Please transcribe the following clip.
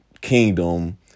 kingdom